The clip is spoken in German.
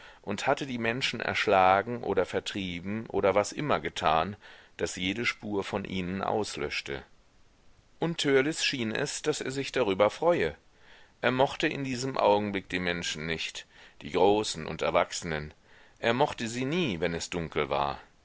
und hatte die menschen erschlagen oder vertrieben oder was immer getan das jede spur von ihnen auslöschte und törleß schien es daß er sich darüber freue er mochte in diesem augenblick die menschen nicht die großen und erwachsenen er mochte sie nie wenn es dunkel war